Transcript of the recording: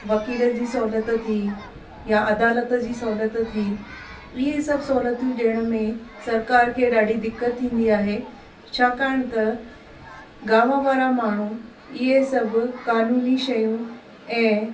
वकील जी सहूलियत थी या अदालत जी सहूलियत थी इहा सभु सहूलियतूं ॾियण में सरकार खे ॾाढी दिक़त थींदी आहे छाकाणि त गांव वारा माण्हू इहे सभु कानूनी शयूं ऐं